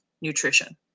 nutrition